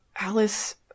Alice